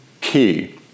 key